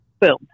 boom